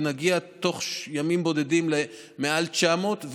ונגיע תוך ימים בודדים למעל 900,